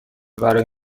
برای